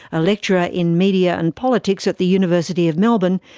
a lecturer in media and politics at the university of melbourne,